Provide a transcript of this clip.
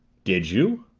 did you?